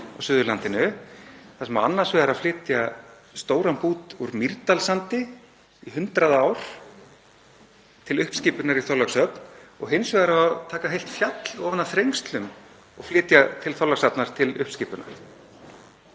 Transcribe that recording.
á Suðurlandinu þar sem annars vegar á að flytja stóran bút úr Mýrdalssandi í 100 ár til uppskipunar í Þorlákshöfn og hins vegar á að taka heilt fjall ofan af Þrengslum og flytja til Þorlákshafnar til uppskipunar.